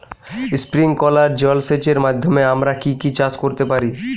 Sprinkler জলসেচের মাধ্যমে আমরা কি কি চাষ করতে পারি?